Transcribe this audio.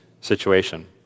situation